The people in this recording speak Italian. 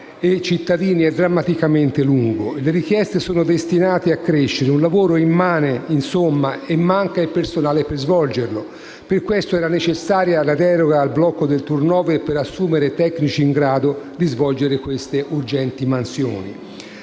immobili e cittadini è drammaticamente lungo. Le richieste sono destinate a crescere. Si tratta di un lavoro immane e manca il personale per svolgerlo. Per questo era necessaria la deroga al blocco del *turnover*, per assumere tecnici in grado di svolgere queste urgenti mansioni.